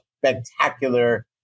spectacular